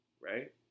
right